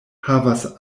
havas